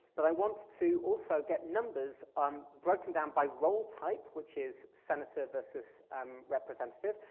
but i want to also get numbers um broken down by role type, which is senator versus um representative,